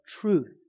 truth